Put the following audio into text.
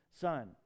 son